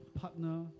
partner